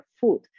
food